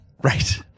Right